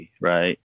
right